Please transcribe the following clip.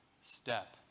step